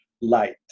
light